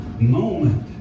moment